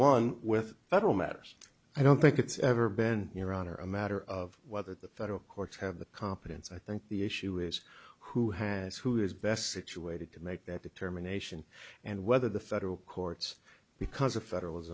one with federal matters i don't think it's ever been your honor a matter of whether the federal courts have the competence i think the issue is who has who is best situated to make that determination and whether the federal courts because of federalis